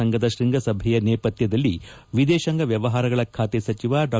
ಸಂಘದ ಶೃಂಗಸಭೆಯ ನೇಪಥ್ವದಲ್ಲಿ ವಿದೇಶಾಂಗ ವ್ಯಮಾರಗಳ ಖಾತೆ ಸಚಿವ ಡಾ